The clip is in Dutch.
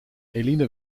eline